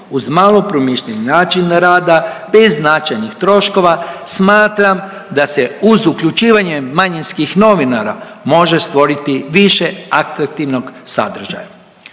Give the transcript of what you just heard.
Uz malo promišljeni način rada bez značajnih troškova smatram da se uz uključivanje manjinskih novinara može stvoriti više atraktivnog sadržaja.